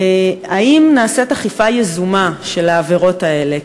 האם נעשית אכיפה יזומה בשל העבירות האלה?